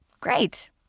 Great